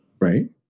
Right